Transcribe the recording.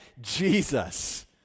Jesus